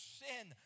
sin